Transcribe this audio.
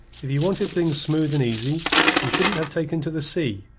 if ye wanted things smooth and easy, ye shouldn't have taken to the sea,